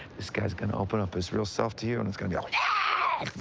this guy's gonna open up his real self to you, and it's gonna be all yeah